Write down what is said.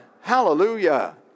hallelujah